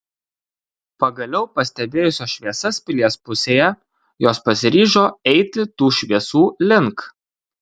pagaliau pastebėjusios šviesas pilies pusėje jos pasiryžo eiti tų šviesų link